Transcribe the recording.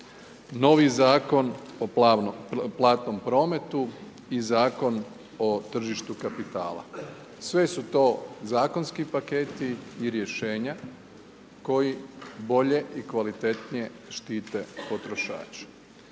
novi Zakon o platnom prometu i Zakon o tržištu kapitala. Sve su zakonski paketi i rješenja koji bolje i kvalitetnije štite potrošače.